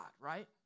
right